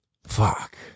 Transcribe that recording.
fuck